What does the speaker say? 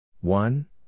One